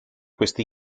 questi